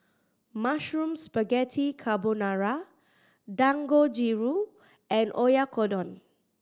Mushroom Spaghetti Carbonara Dangojiru and Oyakodon